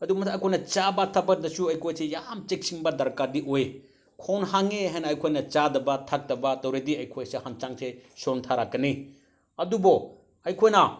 ꯑꯗꯨꯒꯨꯝꯕꯗ ꯑꯩꯈꯣꯏꯅ ꯆꯥꯕ ꯊꯛꯄꯗꯁꯨ ꯑꯩꯈꯣꯏꯁꯦ ꯌꯥꯝ ꯆꯦꯛꯁꯤꯟꯕ ꯗꯔꯀꯥꯔꯗꯤ ꯑꯣꯏ ꯈꯣꯡ ꯍꯥꯝꯃꯦ ꯍꯥꯏꯅ ꯑꯩꯈꯣꯏꯅ ꯆꯥꯗꯕ ꯊꯛꯇꯕ ꯇꯧꯔꯗꯤ ꯑꯩꯈꯣꯏꯁꯦ ꯍꯛꯆꯥꯡꯁꯦ ꯁꯣꯟꯊꯔꯛꯀꯅꯤ ꯑꯗꯨꯕꯨ ꯑꯩꯈꯣꯏꯅ